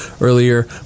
earlier